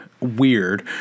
Weird